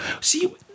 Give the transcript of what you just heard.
See